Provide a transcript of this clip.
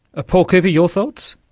ah paul cooper, your thoughts?